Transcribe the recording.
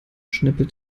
schnippelt